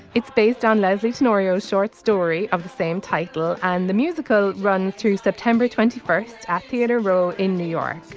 it's based on leslie's scenario short story of the same title and the musical run through september twenty first at theater row in new york.